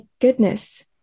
goodness